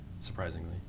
surprisingly